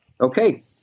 Okay